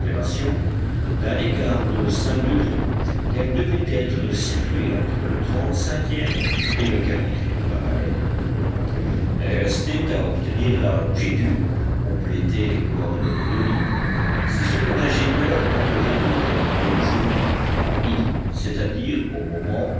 d'un écart de cinq degrés qu'elle devait être située entre le trente-cinquième et le quarantième parallèle restait à obtenir la longitude pour compléter les coordonnées de l'île c'est ce que l'ingénieur tenterait de déterminer le jour même à midi c'est-à-dire au moment